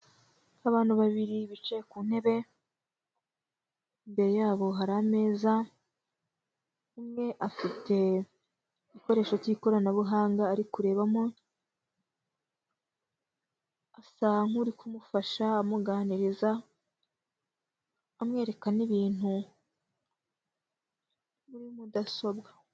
Abantu babiri bicaye ku ntebe, imbere yabo hari ameza, umwe afite igikoresho cy'ikoranabuhanga ari kurebamo, asa nk'uri kumufasha amuganiriza, amwereka n'ibintu muri mudasobwa.